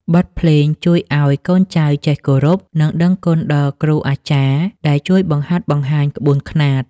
បទភ្លេងជួយឱ្យកូនចៅចេះគោរព និងដឹងគុណដល់គ្រូអាចារ្យដែលជួយបង្ហាត់បង្ហាញក្បួនខ្នាត។